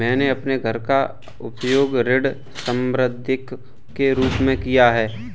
मैंने अपने घर का उपयोग ऋण संपार्श्विक के रूप में किया है